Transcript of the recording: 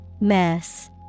Mess